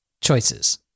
choices